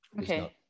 Okay